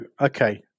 okay